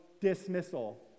dismissal